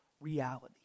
reality